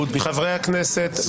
חברי הכנסת,